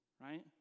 Right